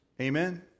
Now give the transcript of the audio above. Amen